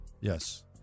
Yes